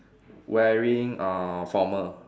wearing uh formal